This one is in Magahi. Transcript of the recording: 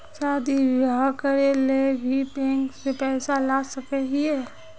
शादी बियाह करे ले भी बैंक से पैसा ला सके हिये?